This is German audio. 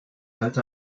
halte